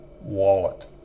wallet